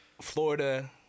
Florida